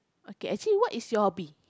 okay actually what is your hobby